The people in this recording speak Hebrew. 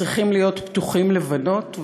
צריכים להיות פתוחים לבנות,